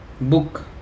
book